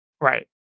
Right